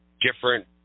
different